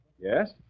Yes